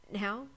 Now